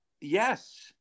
yes